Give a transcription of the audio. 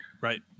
Right